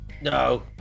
No